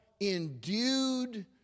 endued